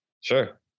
Sure